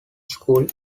school